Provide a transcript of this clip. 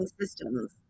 systems